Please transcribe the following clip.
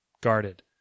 guarded